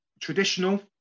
traditional